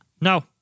No